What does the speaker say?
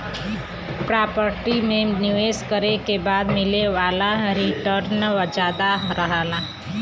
property में निवेश करे के बाद मिले वाला रीटर्न जादा रहला